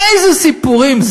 איזה סיפורים.